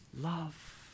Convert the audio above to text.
love